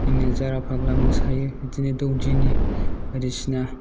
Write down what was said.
जोङो जारा फाग्ला मोसायो बिदिनो दौदिनि बायदिसिना